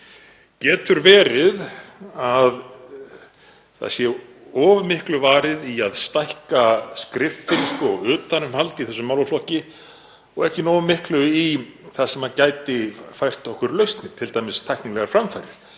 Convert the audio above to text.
Getur verið að það sé of miklu varið í að stækka skriffinnsku og utanumhald í þessum málaflokki og ekki nógu miklu í það sem gæti fært okkur lausnir, t.d. tæknilegar framfarir?